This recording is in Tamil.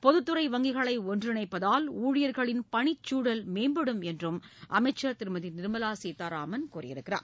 பொதுத்துறை வங்கிகளை ஒன்றிணைப்பதால் ஊழியர்களின் பணிக்குழல் மேம்படும் என்றும் அமைச்சர் திருமதி நிர்மலா சீதாராமன் கூறினார்